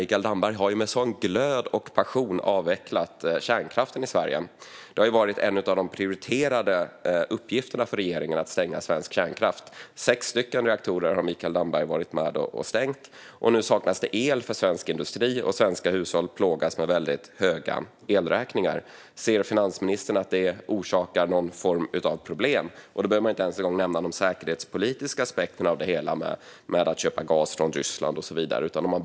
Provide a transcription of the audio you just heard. Han har ju med glöd och passion avvecklat kärnkraften i Sverige - att stänga svensk kärnkraft har varit en av de prioriterade uppgifterna för regeringen. Sex reaktorer har Mikael Damberg varit med och stängt. Nu saknas det el för svensk industri, och svenska hushåll plågas av väldigt höga elräkningar. Ser finansministern att detta orsakar någon form av problem? Jag behöver inte ens nämna de säkerhetspolitiska aspekterna av att köpa gas från Ryssland och så vidare.